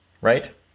Right